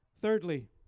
Thirdly